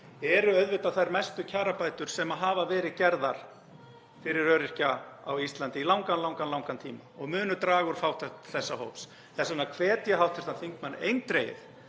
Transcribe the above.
eru auðvitað þær mestu kjarabætur sem hafa verið gerðar fyrir öryrkja á Íslandi í langan, langan tíma og munu draga úr fátækt þessa hóps. Þess vegna hvet ég hv. þingmann eindregið